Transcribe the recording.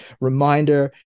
reminder